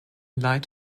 light